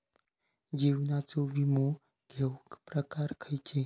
जीवनाचो विमो घेऊक प्रकार खैचे?